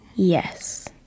Yes